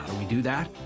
and we do that?